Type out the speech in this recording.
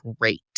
great